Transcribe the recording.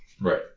Right